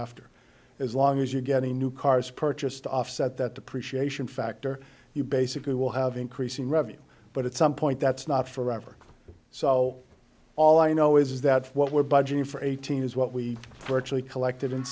thereafter as long as you get a new cars purchase to offset that depreciation factor you basically will have increasing revenue but at some point that's not forever so all i know is that what we're budgeting for eighteen is what we virtually collected in